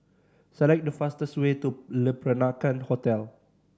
select the fastest way to Le Peranakan Hotel